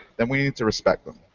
then we need to respect them.